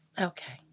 okay